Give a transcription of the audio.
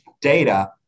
Data